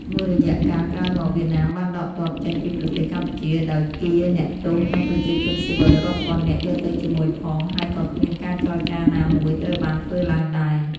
មួយរយៈកាលក្រោយមក វៀតណាមបានដកទ័ពចេញពីប្រទេសកម្ពុជា ដោយកៀរអ្នកទោស និងប្រជាជនស៊ីវិលរាប់ពាន់នាក់យកទៅជាមួយផង ហើយក៏គ្មានការចរចាណាមួយត្រូវបានធ្វើឡើងដែរ។